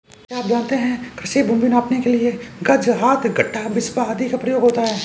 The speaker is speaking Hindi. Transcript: क्या आप जानते है कृषि भूमि नापने के लिए गज, हाथ, गट्ठा, बिस्बा आदि का प्रयोग होता है?